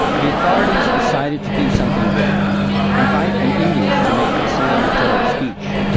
the authorities decided to do something different invite an indian to make the celebratory speech.